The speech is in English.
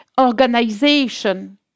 organization